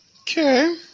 Okay